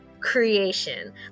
creation